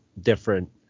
different